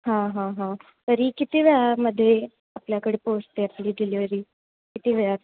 हां हां हां तरी किती वेळामध्ये आपल्याकडे पोचते डिलेवरी किती वेळ